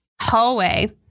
hallway